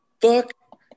fuck